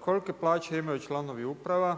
kolike plaće imaju članovi uprava?